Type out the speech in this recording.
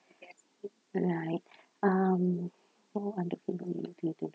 alright um so